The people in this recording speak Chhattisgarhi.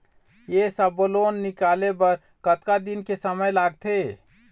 ये सब्बो लोन निकाले बर कतका दिन के समय लगथे?